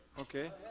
okay